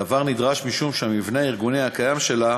הדבר נדרש משום שבמבנה הארגוני הקיים שלה,